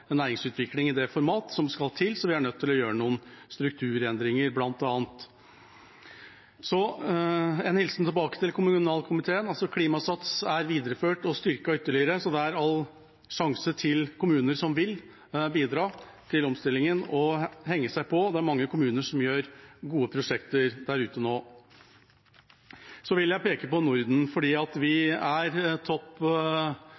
næringsutvikling i det formatet som skal til, så vi er nødt til å gjøre noen strukturendringer, bl.a. Så en hilsen tilbake til kommunalkomiteen: Klimasats er videreført og styrket ytterligere, så det er alle sjanser for kommuner som vil bidra til omstillingen, til å henge seg på. Det er mange kommuner som har gode prosjekter der ute nå. Så vil jeg peke på Norden,